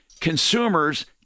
Consumers